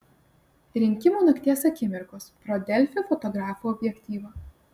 rinkimų nakties akimirkos pro delfi fotografų objektyvą